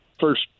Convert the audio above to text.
first